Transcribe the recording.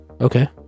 Okay